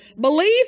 Believe